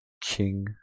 King